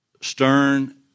stern